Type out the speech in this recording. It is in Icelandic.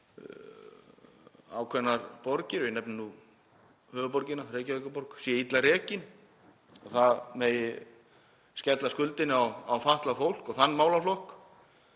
ákveðin borg, ég nefni nú höfuðborgina, Reykjavíkurborg, sé illa rekin og það megi skella skuldinni á fatlað fólk og þann málaflokk.